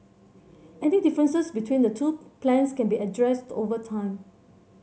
any differences between the two plans can be addressed over time